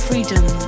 Freedom